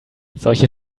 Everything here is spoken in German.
solche